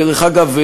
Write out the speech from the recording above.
דרך אגב,